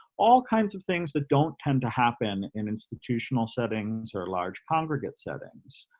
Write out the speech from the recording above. all kinds of things that don't tend to happen in institutional settings or large congregate settings.